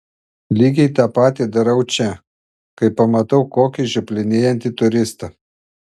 lygiai tą patį darau čia kai pamatau kokį žioplinėjantį turistą